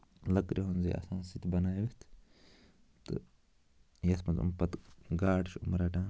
لٔکرِ ہُنٛدُے آسان سُہ تہِ بَنٲوِتھ تہٕ یَتھ منٛز یِم پَتہٕ گاڈٕ چھِ یِم رَٹان